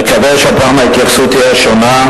נקווה שהפעם ההתייחסות תהיה שונה,